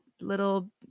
little